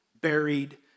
buried